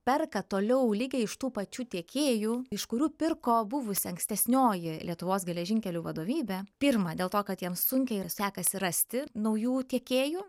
perka toliau likę iš tų pačių tiekėjų iš kurių pirko buvusi ankstesnioji lietuvos geležinkelių vadovybė pirma dėl to kad jiems sunkiai sekasi rasti naujų tiekėjų